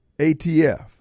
ATF